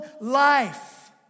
life